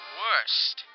worst